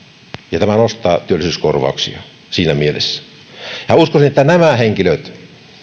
ja tämä nostaa työllisyyskorvauksia siinä mielessä uskoisin että nämä henkilöt